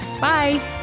Bye